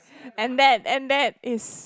and that and that is